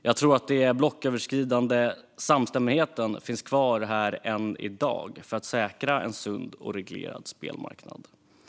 Jag tror att den blocköverskridande samstämmigheten om att säkra en sund och reglerad spelmarknad finns kvar än i dag.